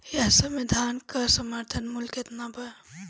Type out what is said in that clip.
एह समय धान क समर्थन मूल्य केतना बा?